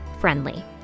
friendly